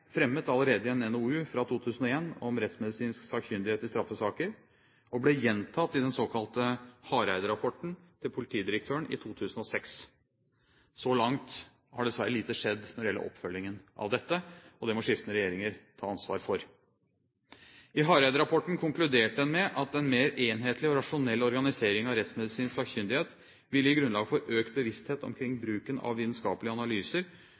fremmet allerede i en NOU fra 2001, Rettsmedisinsk sakkyndighet i straffesaker, og ble gjentatt i den såkalte Hareide-rapporten til politidirektøren i 2006. Så langt har dessverre lite skjedd når det gjelder oppfølgingen av dette, og det må skiftende regjeringer ta ansvar for. I Hareide-rapporten konkluderte en med at en mer enhetlig og rasjonell organisering av rettsmedisinsk sakkyndighet vil gi grunnlag for økt bevissthet omkring bruken av vitenskapelige analyser